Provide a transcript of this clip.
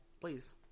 please